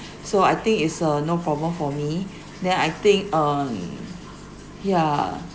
so I think it's uh no problem for me then I think uh yeah